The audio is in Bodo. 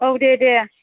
औ दे दे